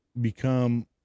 become